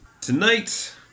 Tonight